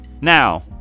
Now